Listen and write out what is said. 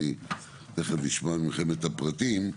אני תיכף אשמע מכם את הפרטים,